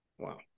Wow